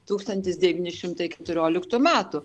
tūkstantis devyni šimtai keturioliktų metų